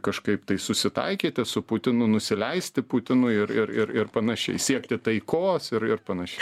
kažkaip tai susitaikyti su putinu nusileisti putinui ir ir ir ir panašiai siekti taikos ir ir panašiai